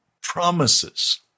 promises